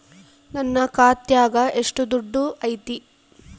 ನನ್ನ ಖಾತ್ಯಾಗ ಎಷ್ಟು ದುಡ್ಡು ಐತಿ?